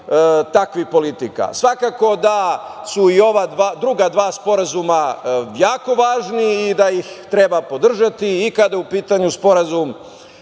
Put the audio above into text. takvih politika. Svakako da su i druga dva sporazuma jako važna i da ih treba podržati, i kada je u pitanju Sporazum